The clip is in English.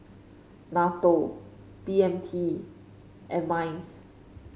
NATO B M T and Minds